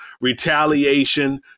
Retaliation